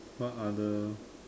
what other